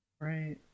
Right